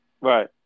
Right